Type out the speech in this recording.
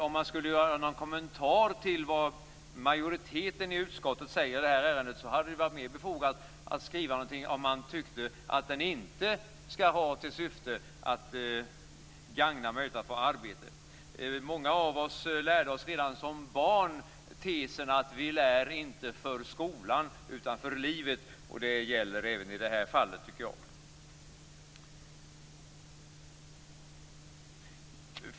Om man skulle göra någon kommentar till vad majoriteten i utskottet säger i ärendet hade det varit mer befogat att skriva något om man tyckte att utbildningen inte skall ha till syfte att gagna möjligheterna att få arbete. Många av oss lärde oss redan som barn tesen att vi lär inte för skolan, utan för livet. Det gäller även i det här fallet, tycker jag.